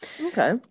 okay